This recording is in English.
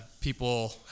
people